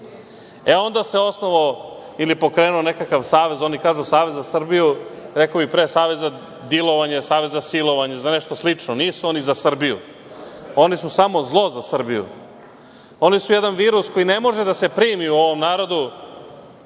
a onda se osnovao ili pokrenuo nekakav savez, oni kažu Savez za Srbiju, a rekao bih pre savez za dilovanje, savez za silovanje, za nešto slično. Nisu oni za Srbiju. Oni su samo zlo za Srbiju. Oni su jedan virus koji ne može da se primi u ovom narodu,